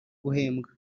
guhembwa